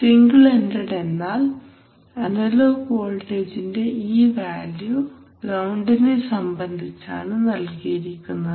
single ended എന്നാൽ analogue വോൾട്ടേജിന്റെ ഈ വാല്യൂ ഗ്രൌണ്ടിനെ സംബന്ധിച്ചാണ് നൽകിയിരിക്കുന്നത്